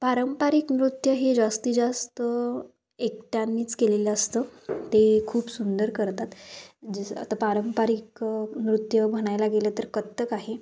पारंपरिक नृत्य हे जास्ती जास्त एकट्यांनीच केलेलं असतं ते खूप सुंदर करतात जसं आता पारंपरिक नृत्य म्हणायला गेलं तर कथ्थक आहे